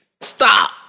Stop